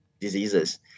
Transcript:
diseases